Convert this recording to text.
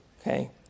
okay